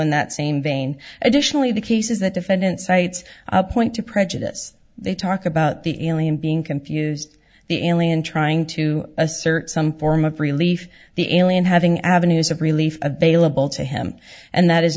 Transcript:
in that same vein additionally the cases that defendant cites point to prejudice they talk about the alien being confused the alien trying to assert some form of relief the alien having avenues of relief available to him and that is